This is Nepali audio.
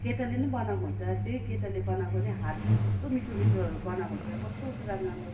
केटाले नै बनाएको हुन्छ त्यही केटाले बनाएको नै हात कस्तो मिठो मिठोहरू बनाएको हुन्छ कस्तो कस्तो राम्रो राम्रो